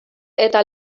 eta